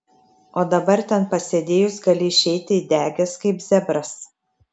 o dabar ten pasėdėjus gali išeiti įdegęs kaip zebras